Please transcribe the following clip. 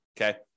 Okay